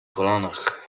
kolanach